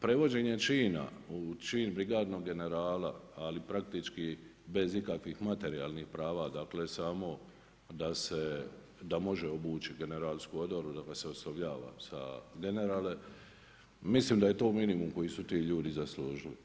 Prevođenjem čina u čin brigadnog generala, ali praktički bez ikakvih materijalnih prava dakle, samo da se da može obući generalsku odoru, da ga se oslovljava sa „generale“ mislim da je to minimum koji su ti ljudi zaslužili.